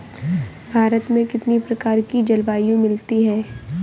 भारत में कितनी प्रकार की जलवायु मिलती है?